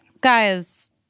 Guys